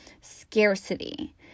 scarcity